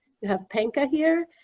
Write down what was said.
you have penka here,